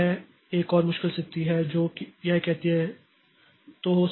तो यह एक और मुश्किल स्थिति है जो यह कहती है कि यह है